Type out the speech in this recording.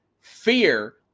fear